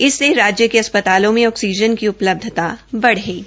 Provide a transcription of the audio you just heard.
इससे राज्य के अस्पतालो में ऑक्सीजन की उपलब्धता बढ़ेगी